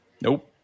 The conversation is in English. Nope